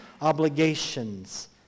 obligations